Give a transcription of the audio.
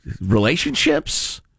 Relationships